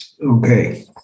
Okay